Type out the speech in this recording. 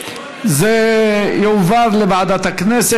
זה יועבר לוועדת הכנסת,